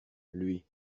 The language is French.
lui